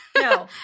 No